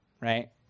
right